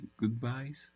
goodbyes